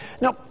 Now